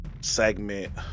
segment